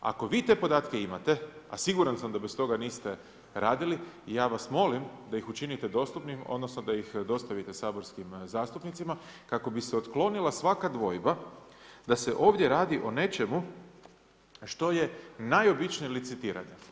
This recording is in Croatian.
Ako vi te podatke imate, a siguran sam da bez toga niste radili ja vas molim da ih učinite dostupnim, odnosno da ih dostavite saborskim zastupnicima kako bi se otklonila svaka dvojba da se ovdje radi o nečemu što je najobičnije licitiranje.